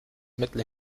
mittel